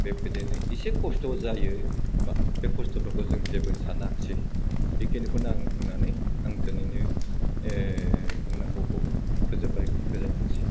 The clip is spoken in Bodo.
बेबायदिनो एसे खस्थ' जायो मा बे खस्थ'फोरखौ जों जेबो सानासै बेखिनिखौनो आं बुंनानै आं दोनैनि ओह बुंनांगौखौ फोजोब्बाय गोजोन्थोंसै